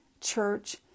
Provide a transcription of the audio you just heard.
church